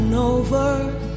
over